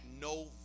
no